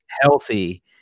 healthy